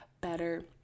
better